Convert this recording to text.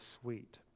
sweet